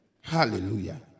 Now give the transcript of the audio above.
Hallelujah